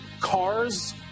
cars